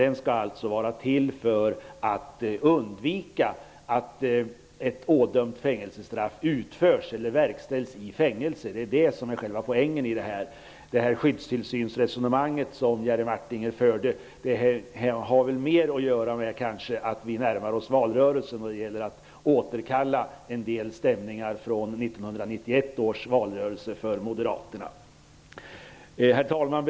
Den skall alltså vara till för att det skall kunna undvikas att ett ådömt fängelsestraff verkställs i fängelse. Det är det som är själva poängen här. Det skyddstillsynsresonemang som Jerry Martinger förde har kanske mer att göra med att vi närmar oss valrörelsen -- det gäller väl att återkalla en del ställningar från 1991 års valrörelse för Moderaterna. Herr talman!